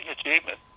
achievement